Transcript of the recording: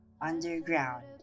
underground